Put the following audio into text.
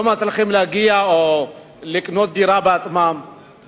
לא מצליחים להגיע לקניית דירה בעצמם,